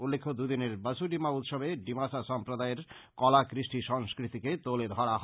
উল্লেখ্য দু দিনের বসু ডিমা উৎসবে ডিমাসা সম্প্রদায়ের কলা কৃষ্টি সংস্কৃতিকে তোলে ধরা হয়েছে